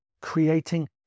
Creating